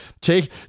take